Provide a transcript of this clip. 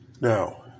Now